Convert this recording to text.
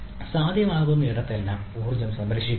സാധ്യമാകുന്നിടത്തെല്ലാം ഊർജ്ജം സംരക്ഷിക്കേണ്ടതുണ്ട്